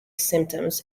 symptoms